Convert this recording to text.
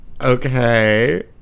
Okay